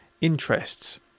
interests